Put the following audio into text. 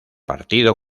partido